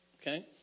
Okay